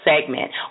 segment